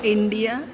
India